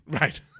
Right